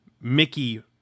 Mickey